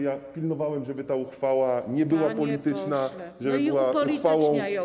Ja pilnowałem, żeby ta uchwała nie była polityczna, żeby była uchwałą ważną.